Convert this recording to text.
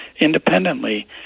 independently